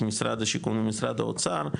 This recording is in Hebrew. משרד השיכון ומשרד האוצר,